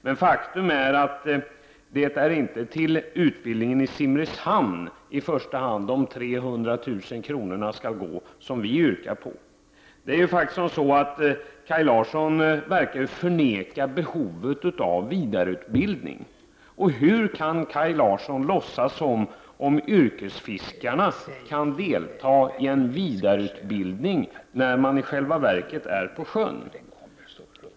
Men det är inte i första hand till utbildningen i Simrishamn som de 300 000 kr. vi yrkar på skall gå. Kaj Larsson verkar förneka behovet av vidareutbildning. Och hur kan Kaj Larsson låtsas som om yrkesfiskarna kan delta i en vidareutbildning när de i själva verket är på sjön?